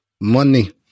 money